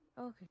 okay